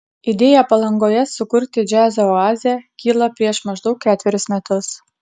idėja palangoje sukurti džiazo oazę kilo prieš maždaug ketverius metus